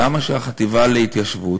למה שהחטיבה להתיישבות,